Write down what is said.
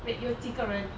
wait 有几个人